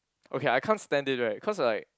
okay I can't stand it right cause like